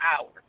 hours